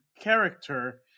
character